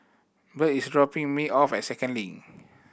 Birt is dropping me off at Second Link